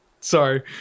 Sorry